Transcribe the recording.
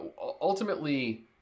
Ultimately